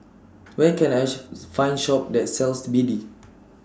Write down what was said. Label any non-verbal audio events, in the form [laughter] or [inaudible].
Where Can I [unintelligible] Find Shop that sells B D